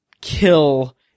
kill